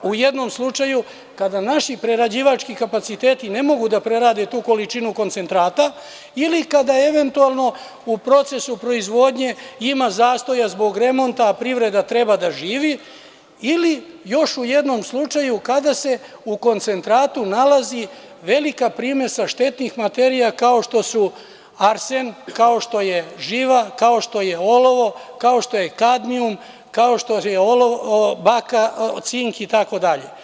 U jednom slučaju kada naši prerađivački kapaciteti ne mogu da prerade tu količinu koncentrata ili kada eventualno u procesu proizvodnje ima zastoja zbog remonta, a privreda treba da živi ili još u jednom slučaju kada se u koncentratu nalazi velika primesa štetnih materija, kao što su arsen, živa, olovo, kadnijum, bakar, cink itd.